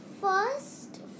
first